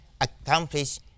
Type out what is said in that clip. accomplish